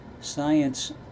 science